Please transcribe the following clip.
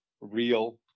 real